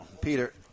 Peter